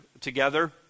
together